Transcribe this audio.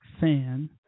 fan